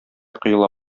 коела